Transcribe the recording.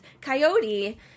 coyote